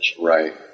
Right